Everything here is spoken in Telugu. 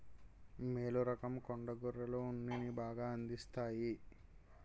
మేలు రకం కొండ గొర్రెలు ఉన్నిని బాగా అందిస్తాయి